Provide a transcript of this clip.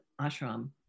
ashram